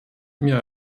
mir